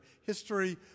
history